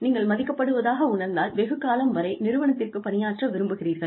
நீங்கள் மதிக்கப்படுவதாக உணர்ந்தால் வெகு காலம் வரை நிறுவனத்திற்கு பணியாற்ற விரும்புவீர்கள்